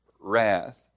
wrath